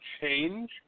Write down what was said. change